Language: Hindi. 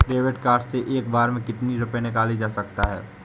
डेविड कार्ड से एक बार में कितनी रूपए निकाले जा सकता है?